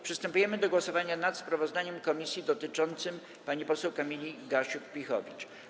Przystępujemy do głosowania nad sprawozdaniem komisji dotyczącym pani poseł Kamili Gasiuk-Pihowicz.